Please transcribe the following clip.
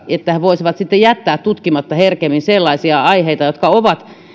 että he voisivat sitten jättää tutkimatta herkemmin sellaisia aiheita jotka ovat